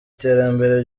iterambere